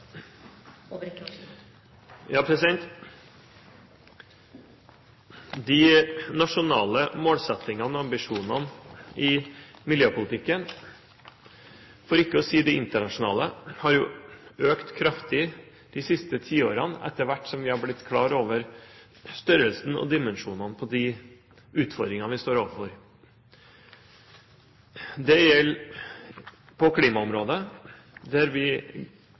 De nasjonale målsettingene og ambisjonene i miljøpolitikken, for ikke å si de internasjonale, har økt kraftig de siste tiårene, etter hvert som vi har blitt klar over størrelsen og dimensjonene på de utfordringene vi står overfor. Det gjelder på klimaområdet, der vi